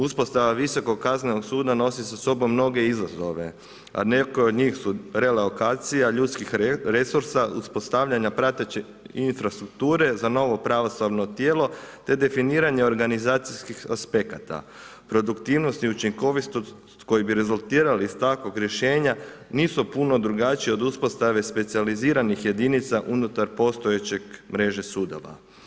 Uspostava visokog kaznenog suda nosi sa sobom mnoge izazove, a neke od njih su … ljudskih resursa, uspostavljanja prateće infrastrukture za novo pravosudno tijelo te definiranje organizacijskih aspekta, produktivnost i učinkovitost koji bi rezultirali iz takvog rješenja nisu puno drugačiji od uspostave specijaliziranih jedinica unutar postojeće mreže sudova.